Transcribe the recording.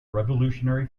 revolutionary